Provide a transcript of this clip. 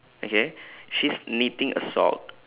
okay she's knitting a sock